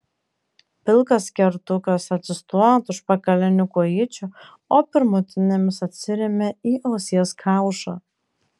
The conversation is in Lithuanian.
pilkas kertukas atsistoja ant užpakalinių kojyčių o pirmutinėmis atsiremia į ausies kaušą